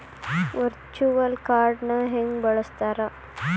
Virtual ಕಾರ್ಡ್ನ ಹೆಂಗ ಬಳಸ್ತಾರ?